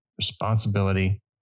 responsibility